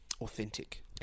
authentic